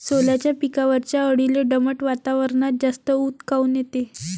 सोल्याच्या पिकावरच्या अळीले दमट वातावरनात जास्त ऊत काऊन येते?